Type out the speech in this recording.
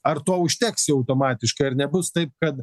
ar to užteks jau automatiškai ar nebus taip kad